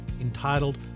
entitled